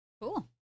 Cool